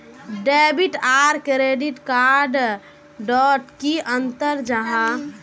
Debit आर credit card डोट की अंतर जाहा?